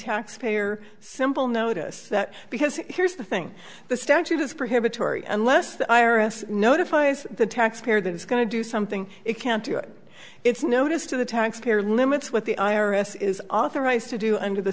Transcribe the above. taxpayer simple notice that because here's the thing the statute is prohibitory unless the i r s notifies the taxpayer that it's going to do something it can't do it it's notice to the taxpayer limits what the i r s is authorized to do under the